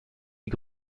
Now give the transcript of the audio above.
die